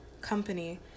company